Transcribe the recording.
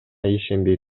ишенбей